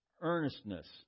earnestness